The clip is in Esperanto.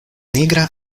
nigra